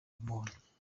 amubona